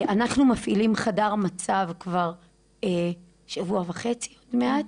אנחנו מפעילים חדר מצב כבר שבוע וחצי עוד מעט,